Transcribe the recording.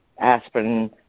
aspirin